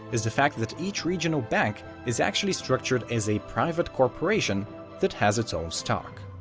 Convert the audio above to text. is the fact that each regional bank is actually structured as a private corporation that has its own stock.